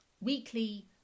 weekly